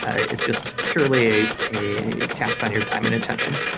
it's just purely a task on your time and attention.